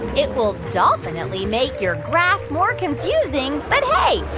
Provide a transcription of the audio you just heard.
it will dolphinitely make your graph more confusing, but hey,